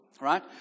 right